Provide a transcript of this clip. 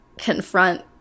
confront